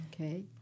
Okay